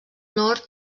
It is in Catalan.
nord